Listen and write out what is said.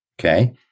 Okay